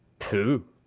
pooh!